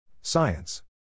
Science